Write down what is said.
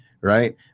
right